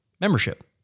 membership